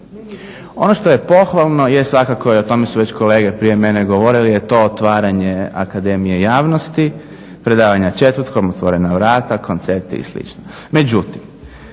Ono što je pohvalno je svakako i o tome su kolege prije mene govorili je to otvaranje akademije javnosti, predavanja četvrtkom, otvorena vrata, koncerti i sl. Međutim,